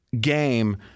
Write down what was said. game